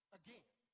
again